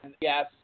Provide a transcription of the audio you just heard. yes